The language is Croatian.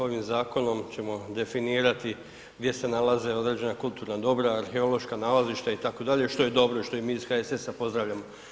Ovim zakonom ćemo definirati gdje se nalaze određena kulturna dobra, arheološka nalazišta itd., što je dobro i što mi iz HSS-a pozdravljamo.